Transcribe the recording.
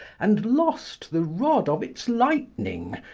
and lost the rod of its lightning,